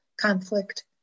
conflict